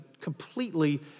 completely